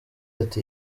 ati